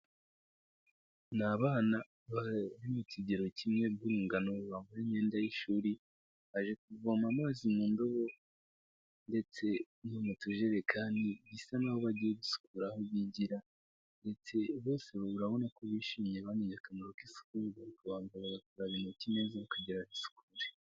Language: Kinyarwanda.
Ni abana bari mu kigero kimwe burungano, bambaye imyenda y'ishuri baje kuvoma amazi mu ndobo ndetse no mu tujerekani bisa n'aho bagiye gusukura aho bigira ndetse bose urabona ko bishimye bamenye akamaro k'isuku, barabanza bagakaraba intoki neza kugira bisukure.